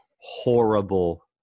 horrible